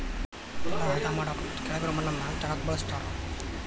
ನೆಲಾ ಹದಾ ಮಾಡಾಕ ಮತ್ತ ಕೆಳಗಿರು ಮಣ್ಣನ್ನ ಮ್ಯಾಲ ತರಾಕ ಬಳಸ್ತಾರ